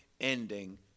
ending